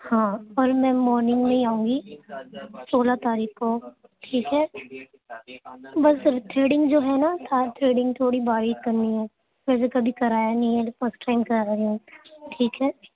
ہاں اور میں مارننگ میں ہی آؤں گی سولہ تاریخ کو ٹھیک ہے بس تھریڈنگ جو ہے نا آپ تھریڈنگ تھوڑی باریک کرنی ہے ویسے کبھی کرایا نہیں ہے یہ فسٹ ٹائم کرا رہی ہوں ٹھیک ہے